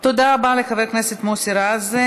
תודה רבה לחבר הכנסת מוסי רז.